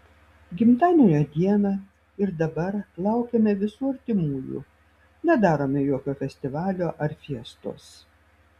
gimtadienio dieną ir dabar laukiame visų artimųjų nedarome jokio festivalio ar fiestos